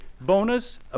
bonus